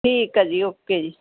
ਠੀਕ ਆ ਜੀ ਓਕੇ ਜੀ